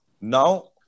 Now